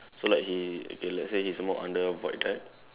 so like he okay let's say he smoke under void deck